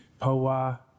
poa